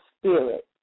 spirit